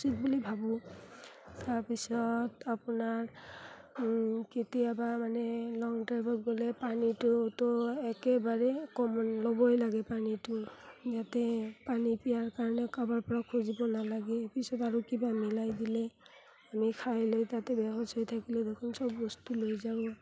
উচিত বুলি ভাবোঁ তাৰ পিছত আপোনাৰ কেতিয়াবা মানে লং ড্ৰাইভত গ'লে পানীটোতো একেবাৰে কমন ল'বই লাগে পানীটো যাতে পানী পিঁয়াহৰ কাৰণে কাৰোবাৰপৰা খুজিব নালাগে পিছত আৰু কিবা মিলাই দিলে আমি খাই লৈ তাতে বেহুঁচ হৈ থাকিলে দেখোন চব বস্তু লৈ যাব